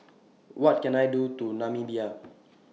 What Can I Do to Namibia